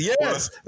Yes